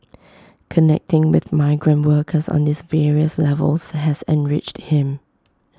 connecting with migrant workers on these various levels has enriched him